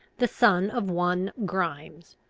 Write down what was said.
the son of one grimes,